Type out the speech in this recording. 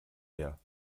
her